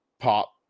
pop